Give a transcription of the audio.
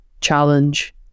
challenge